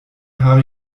habe